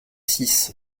six